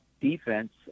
defense